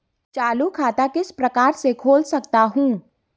चालू खाता किस प्रकार से खोल सकता हूँ?